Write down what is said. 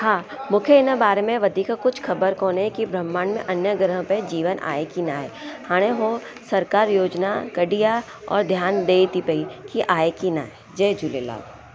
हा मूंखे हिन बारे में वधीक कुझु ख़बर कोन्हे की ब्रह्मांड में अन्य ग्रह में ज़ीवन आहे की न आहे हाणे उहो सरकारु योजना कढी आहे और ध्यानु ॾे थी पई की आहे की न आहे जय झूलेलाल